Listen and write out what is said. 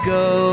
go